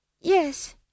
Yes